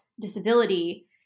disability